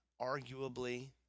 arguably